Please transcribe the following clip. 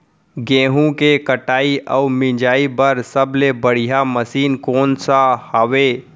गेहूँ के कटाई अऊ मिंजाई बर सबले बढ़िया मशीन कोन सा हवये?